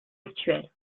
actuelle